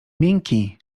miękki